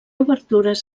obertures